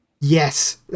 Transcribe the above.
yes